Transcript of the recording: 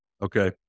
Okay